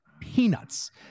Peanuts